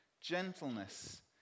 gentleness